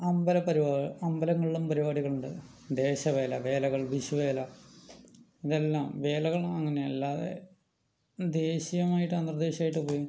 അമ്പല പരുപാ അമ്പലങ്ങളിലും പരുപാടികളുണ്ട് ദേശവേല വേലകൾ വിഷുവേല ഇതെല്ലാം വേലകൾ അങ്ങനെ അല്ലാതെ ദേശീയമായിട്ടും അന്തർദേശീയമായിട്ടും പോയി